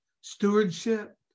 stewardship